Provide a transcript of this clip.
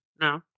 No